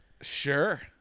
sure